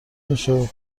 میشد